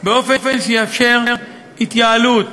באופן שיאפשר התייעלות.